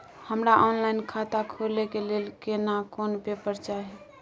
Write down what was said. हमरा ऑनलाइन खाता खोले के लेल केना कोन पेपर चाही?